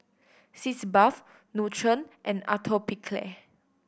Sitz Bath Nutren and Atopiclair